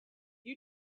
you